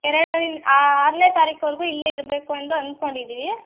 ಎರಡರಿಂದ ಆರನೇ ತಾರೀಖುವರ್ಗು ಇಲ್ಲೇ ಇರಬೇಕು ಅಂದು ಅನ್ಕೊಂಡಿದ್ದೀವಿ